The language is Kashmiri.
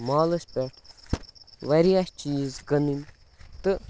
مالَس پٮ۪ٹھ واریاہ چیٖز کٕنٕنۍ تہٕ